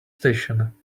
station